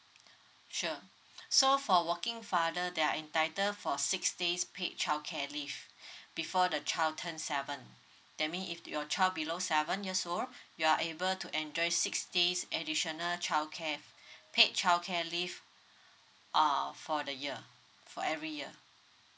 sure so for working father they are entitled for six days paid childcare leave before the child turned seven that mean if your child below seven years old you are able to enjoy six days additional childcare paid childcare leave uh for the year for every year